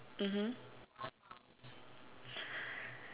mmhmm